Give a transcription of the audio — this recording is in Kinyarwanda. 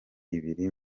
ibiri